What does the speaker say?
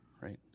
right